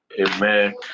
Amen